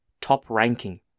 top-ranking